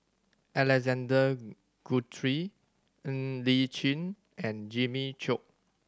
Alexander Guthrie Ng Li Chin and Jimmy Chok